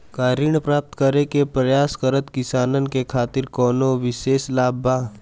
का ऋण प्राप्त करे के प्रयास करत किसानन के खातिर कोनो विशेष लाभ बा